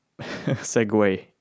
segue